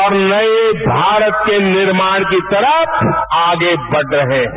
और नये भारत के निर्माण की तरफ आगे बढ़ रहे हैं